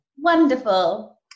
Wonderful